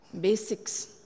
basics